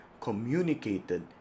communicated